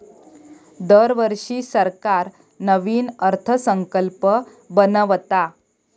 दरवर्षी सरकार नवीन अर्थसंकल्प बनवता